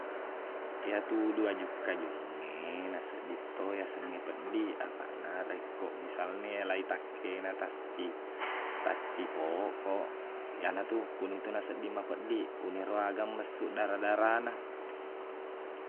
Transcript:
Iyatu uduq ajuk-kajungnge, nasedding to yasengnge peddiq. Apaqna, rekko misalne iyalai takkena tassi- tassipokok, iyanatu kunitu nasedding mapeddiq. Kuniro aga messuq dara-darana.